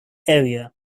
area